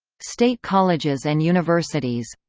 state colleges and universities